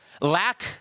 lack